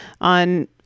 on